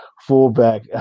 fullback